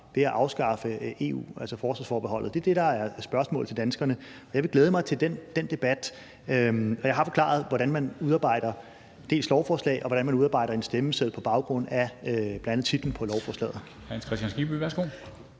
ved at afskaffe EU-forsvarsforbeholdet. Det er det, der er spørgsmålet til danskerne. Jeg vil glæde mig til den debat, og jeg har forklaret, hvordan man udarbejder lovforslag, og hvordan man udarbejder en stemmeseddel på baggrund af bl.a. titlen på lovforslaget. Kl. 13:19 Formanden